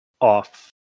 off